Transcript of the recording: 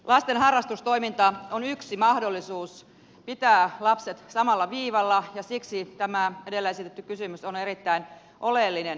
lasten harrastustoiminta on yksi mahdollisuus pitää lapset samalla viivalla ja siksi tämä edellä esitetty kysymys on erittäin oleellinen siinä